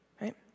right